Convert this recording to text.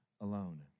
alone